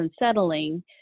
unsettling